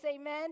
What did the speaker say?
Amen